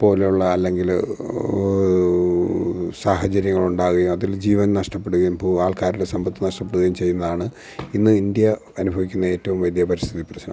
പോലുള്ള അല്ലെങ്കില് സാഹചര്യങ്ങൾ ഉണ്ടാകുകയും അതിൽ ജീവൻ നഷ്ടപ്പെടുകയും ആൾക്കാരുടെ സമ്പത്ത് നഷ്ടപ്പെടുകയും ചെയ്യുന്നാണ് ഇന്ന് ഇന്ത്യ അനുഭവിക്കുന്ന ഏറ്റവും വലിയ പരിസ്ഥിതി പ്രശ്നം